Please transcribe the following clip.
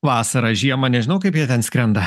vasarą žiemą nežinau kaip jie ten skrenda